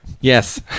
Yes